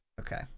okay